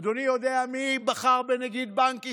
אדוני יודע מי בחר בנגיד בנק ישראל?